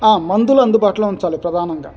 మందులు అందుబాటులో ఉంచాలి ప్రధానంగా